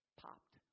popped